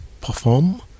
perform